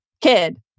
kid